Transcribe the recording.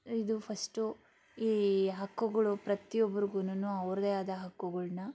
ಇದು ಫಸ್ಟು ಈ ಹಕ್ಕುಗಳು ಪ್ರತ್ಯೊಬ್ರುಗುನು ಅವ್ರದ್ದೇ ಆದ ಹಕ್ಕುಗಳ್ನ